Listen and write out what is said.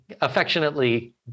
affectionately